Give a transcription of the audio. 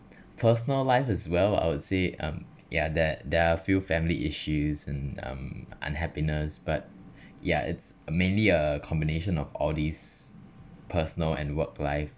personal life as well I would say um ya there there are few family issues and um unhappiness but ya it's mainly a combination of all these personal and work life